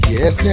Yes